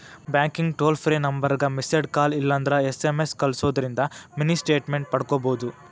ಬ್ಯಾಂಕಿಂದ್ toll free ನಂಬರ್ಗ missed call ಇಲ್ಲಂದ್ರ ಎಸ್.ಎಂ.ಎಸ್ ಕಲ್ಸುದಿಂದ್ರ ಮಿನಿ ಸ್ಟೇಟ್ಮೆಂಟ್ ಪಡ್ಕೋಬೋದು